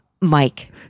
Mike